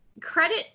Credit